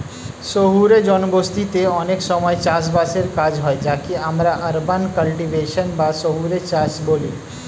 শহুরে জনবসতিতে অনেক সময় চাষ বাসের কাজ হয় যাকে আমরা আরবান কাল্টিভেশন বা শহুরে চাষ বলি